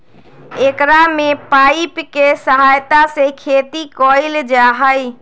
एकरा में पाइप के सहायता से खेती कइल जाहई